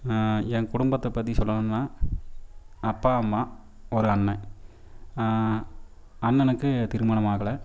என் குடும்பத்தை பற்றி சொல்லணும்னால் அப்பா அம்மா ஒரு அண்ணன் அண்ணனுக்கு திருமணம் ஆகலை